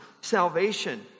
salvation